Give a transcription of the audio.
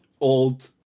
old